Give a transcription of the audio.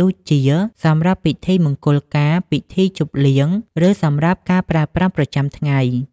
ដូចជា សម្រាប់ពិធីមង្គលការ ពិធីជប់លៀង ឬសម្រាប់ការប្រើប្រាស់ប្រចាំថ្ងៃ។